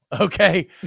Okay